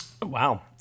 Wow